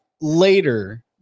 later